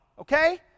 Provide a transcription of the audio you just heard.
Okay